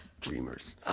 dreamers